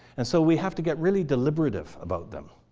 and so we have to get really deliberative about them.